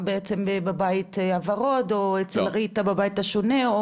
בבית הוורוד או אצל ריטה בבית השונה?